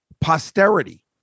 Posterity